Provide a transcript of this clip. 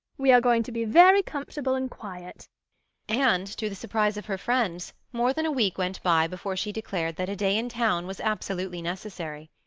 we are going to be very comfortable and quiet and, to the surprise of her friends, more than a week went by before she declared that a day in town was absolutely necessary.